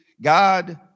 God